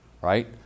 right